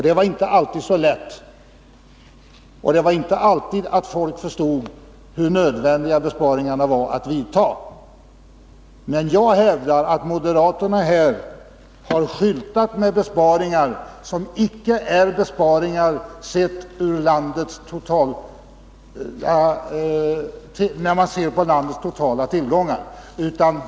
Det var inte alltid så lätt, och det var inte alltid folk förstod hur nödvändiga besparingarna var. Men jag hävdar att moderaterna har skyltat med besparingar som icke är besparingar när man ser på landets totala tillgångar.